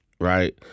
right